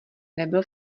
nebyl